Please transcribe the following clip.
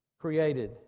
created